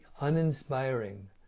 uninspiring